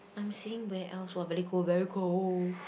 I'm saying where else !wah! very cold very cold